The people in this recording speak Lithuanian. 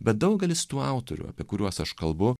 bet daugelis tų autorių apie kuriuos aš kalbu